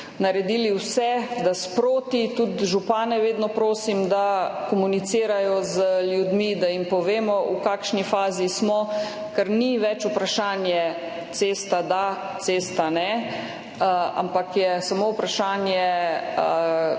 naredili vse, da sproti, tudi župane vedno prosim, da komunicirajo z ljudmi, da jim povemo, v kakšni fazi smo, ker ni več vprašanje, cesta da, cesta ne, ampak je samo vprašanje, zakaj